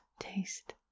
taste